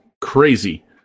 crazy